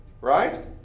right